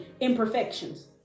Imperfections